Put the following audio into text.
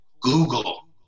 Google